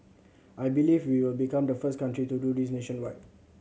I believe we will become the first country to do this nationwide